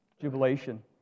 jubilation